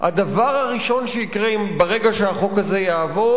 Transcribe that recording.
הדבר הראשון שיקרה ברגע שהחוק הזה יעבור,